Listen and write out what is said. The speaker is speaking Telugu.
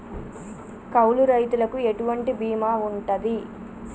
కౌలు రైతులకు ఎటువంటి బీమా ఉంటది?